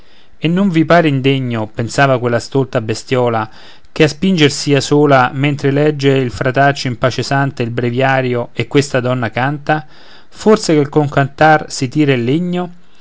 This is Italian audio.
e non vi pare indegno pensava quella stolta bestiola che a spingere sia sola mentre legge il frataccio in pace santa il breviario e questa donna canta forse che col cantar si tira il legno